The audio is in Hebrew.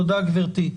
תודה גברתי.